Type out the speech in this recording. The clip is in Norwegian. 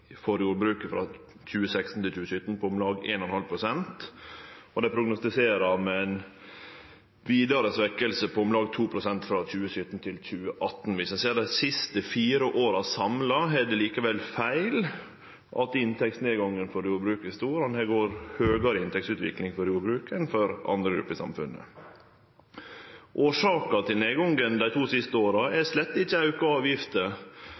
jordbruket frå 2016 til 2017 på om lag 1,5 pst. Dei prognostiserer med ei vidare svekking på om lag 2 pst. frå 2017 til 2018. Dersom ein ser dei siste fire åra samla, er det likevel feil at inntektsnedgangen for jordbruket er stor. Det har vore ei betre inntektsutvikling for jordbruket enn for andre grupper i samfunnet. Årsaka til nedgangen dei to siste åra er slett ikkje auka avgifter,